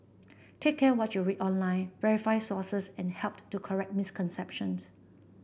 take care what you read online verify sources and help to correct misconceptions